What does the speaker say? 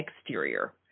exterior